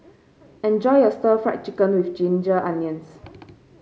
enjoy your Stir Fried Chicken with Ginger Onions